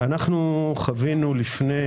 אנחנו חווינו לפני